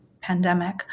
pandemic